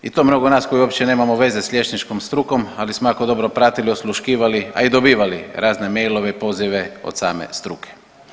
I to mnogi od nas koji uopće nemamo veze sa liječničkom strukom, ali smo jako dobro pratili, osluškivali, a i dobivali razne mailove, pozive od same struke.